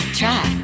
try